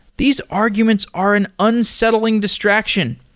these arguments are an unsettling distraction.